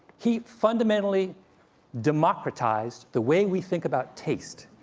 he fundamentally democratized the way we think about taste.